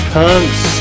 punks